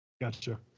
gotcha